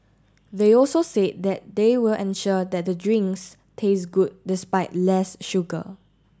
they also said that they will ensure that the drinks taste good despite less sugar